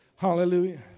Hallelujah